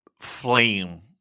flame